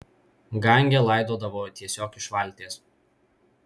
gange laidodavo tiesiog iš valties